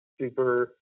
super